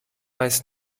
weiß